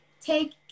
Take